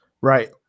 Right